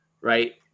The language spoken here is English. right